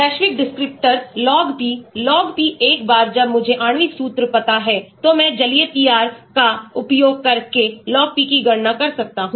वैश्विक descriptors log P log P एक बार जब मुझे आणविक सूत्र पता है तो मैं जलीय PR का उपयोग करके log P की गणना कर सकता हूं